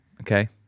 okay